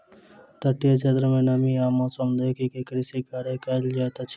तटीय क्षेत्र में नमी आ मौसम देख के कृषि कार्य कयल जाइत अछि